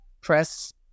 press